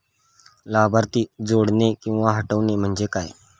लाभार्थी जोडणे किंवा हटवणे, म्हणजे काय?